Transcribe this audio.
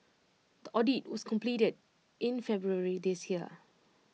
the audit was completed in February this year